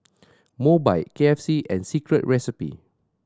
Mobike K F C and Secret Recipe